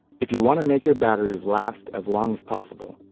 if you want to make your batteries last as long as possible,